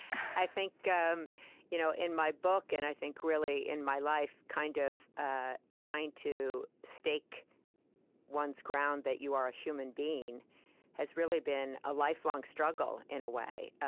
i think um you know in my book, and, i think really, in my life, kind of ah trying to stake one's ground that you are a human being has really been a lifelong struggle, in a way,